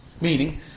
meaning